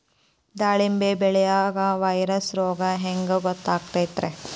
ದಾಳಿಂಬಿ ಬೆಳಿಯಾಗ ವೈರಸ್ ರೋಗ ಹ್ಯಾಂಗ ಗೊತ್ತಾಕ್ಕತ್ರೇ?